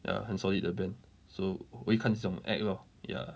ya 很 solid 的 band so 我会看这种 act lor ya